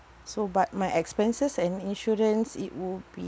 so but my expenses and insurance it would be